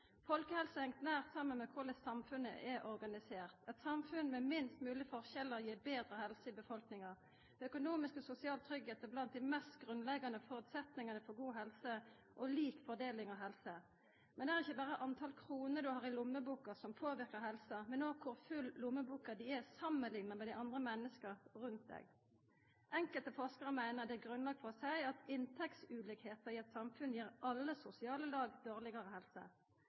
Folkehelse heng nært saman med korleis samfunnet er organisert. Eit samfunn med minst mogleg forskjellar gir betre helse i befolkninga. Økonomisk sosial tryggleik er blant dei mest grunnleggjande føresetnadene for god helse og lik fordeling av helse. Men det er ikkje berre kor mange kroner du har i lommeboka som påverkar helsa, men også kor full lommeboka di er samanlikna med andre menneske rundt deg. Enkelte forskarar meiner det er grunnlag for å seia at inntektsforskjellar i eit samfunn gir alle sosiale lag dårlegare helse.